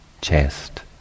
chest